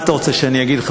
מה אתה רוצה שאני אגיד לך?